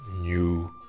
new